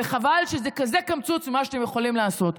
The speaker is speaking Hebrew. וחבל שזה כזה קמצוץ ממה שאתם יכולים לעשות.